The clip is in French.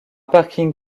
parking